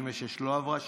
66 לא עברה.